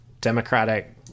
democratic